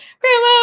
grandma